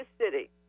city